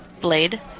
blade